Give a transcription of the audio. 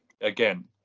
again